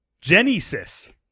Genesis